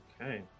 Okay